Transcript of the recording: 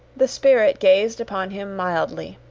the spirit gazed upon him mildly.